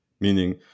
Meaning